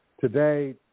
today –